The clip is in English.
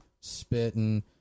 spitting